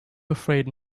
afraid